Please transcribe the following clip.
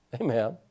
Amen